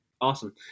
Awesome